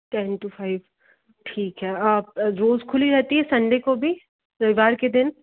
ten to five ठीक है आप रोज़ खुली रहती है संडे को भी रविवार के दिन